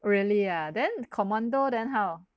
really ah then commando then how